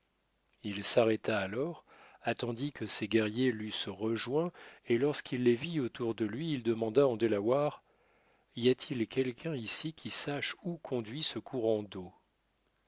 il s'arrêta alors attendit que ses guerriers l'eussent rejoint et lorsqu'il les vit autour de lui il demanda en delaware y a-t-il quelqu'un ici qui sache où conduit ce courant d'eau